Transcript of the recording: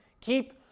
Keep